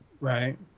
Right